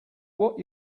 what